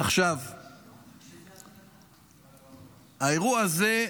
האירוע הזה,